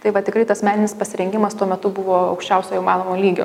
tai va tikrai tas meninis pasirengimas tuo metu buvo aukščiausio įmanomo lygio